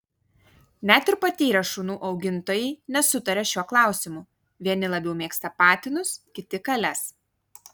net ir patyrę šunų augintojai nesutaria šiuo klausimu vieni labiau mėgsta patinus kiti kales